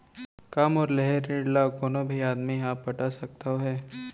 का मोर लेहे ऋण ला कोनो भी आदमी ह पटा सकथव हे?